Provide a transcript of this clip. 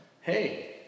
hey